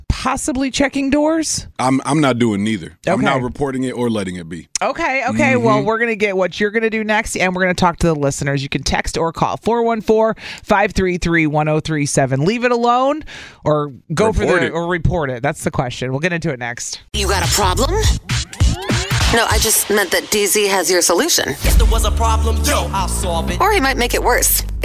possibly checking doors? I'm- I'm not doing neither. Okay. I'm not reporting it or letting it be. Okay, okay. Mhm. Well, we're gonna get what you're gonna do next, and we're gonna talk to the listeners. You can text or call 414-533-1037. Leave it alone or go Report for the- it. or report it. That's the question. We'll get into it next. You got a problem? No, I just meant that DZ has your solution. If there was a problem, yo, I'll solve it. Or he might make it worse.